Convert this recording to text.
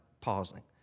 pausing